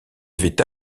avait